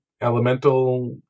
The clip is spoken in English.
elemental